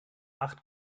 acht